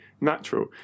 natural